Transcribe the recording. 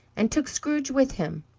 and took scrooge with him,